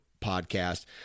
podcast